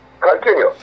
continue